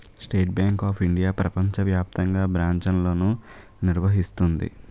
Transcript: state Bank of India ప్రపంచ వ్యాప్తంగా బ్రాంచ్లను నిర్వహిస్తుంది